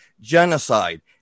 genocide